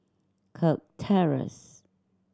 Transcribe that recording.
Kirk Terrace